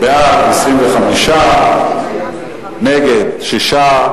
בעד, 25, נגד, 6,